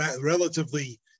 relatively